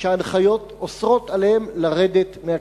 שההנחיות אוסרות עליהם לרדת מהכביש.